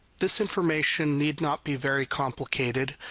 this information need not be very complicated,